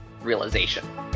realization